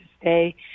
stay